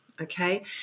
okay